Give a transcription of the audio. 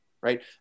right